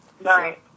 Right